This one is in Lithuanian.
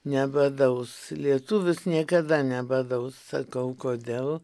nebadaus lietuvis niekada nebadaus sakau kodėl